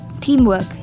teamwork